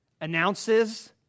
announces